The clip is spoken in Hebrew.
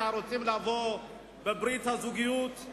שרוצים לבוא בברית הזוגיות,